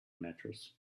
matters